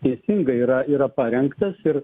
teisingai yra yra parengtas ir